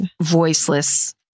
voiceless